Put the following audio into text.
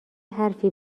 حرفی